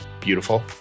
Beautiful